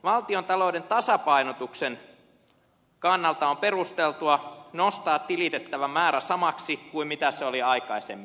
valtiontalouden tasapainotuksen kannalta on perusteltua nostaa tilitettävä määrä samaksi kuin mitä se oli aikaisemmin